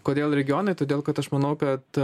kodėl regionai todėl kad aš manau kad